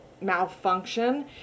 malfunction